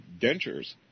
dentures